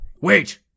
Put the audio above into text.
Wait